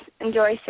enjoy